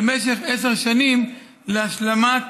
למשך עשר שנים, להשלמת